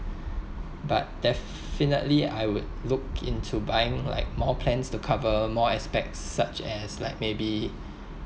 but definitely I would look into buying like more plans to cover more aspects such as like maybe